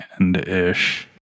end-ish